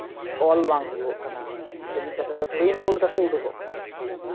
ᱚᱞ ᱵᱟᱝ ᱦᱩᱭᱩᱜᱚᱜ ᱠᱟᱱᱟ ᱥᱮ ᱢᱤᱫ ᱠᱟᱛᱷᱟ ᱛᱮ ᱯᱨᱤᱱᱴ ᱟᱣᱩᱴ ᱠᱟᱛᱮᱫ ᱩᱰᱩᱠᱚᱜ ᱠᱟᱱᱟ